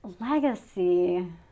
legacy